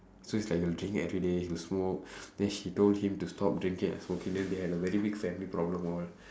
so it's like he'll drink everyday he'll smoke then she told him to stop drinking and smoking then they had a very big family problem all